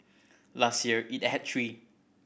last year it had three